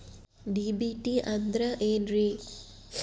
DBT ಅಂದ್ರ ಏನ್ರಿ?